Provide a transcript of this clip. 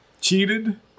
cheated